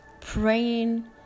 praying